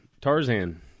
Tarzan